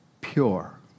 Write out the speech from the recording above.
pure